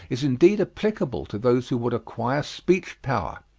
is indeed applicable to those who would acquire speech-power.